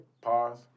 pause